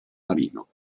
marino